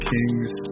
King's